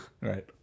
Right